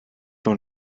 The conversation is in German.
noch